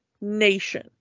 nation